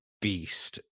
beast